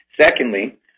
Secondly